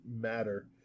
matter